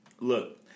Look